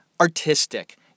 artistic